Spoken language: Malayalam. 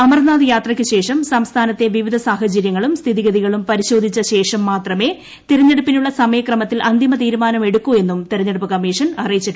അമർനാഥ് യാത്രയ്ക്കുശേഷം സംസ്ഥാനത്തെ വിവിധ സാഹചര്യങ്ങളും സ്ഥിതിഗതികളും പരിശോധിച്ചു ശേഷം മാത്രമേ തെരഞ്ഞെടുപ്പിനുള്ള സമയക്രമത്തിൽ അന്തിമതീരുമാനം എടുക്കൂ എന്നും തെരഞ്ഞെടുപ്പ് കമ്മീഷൻ വ്യക്തമാക്കി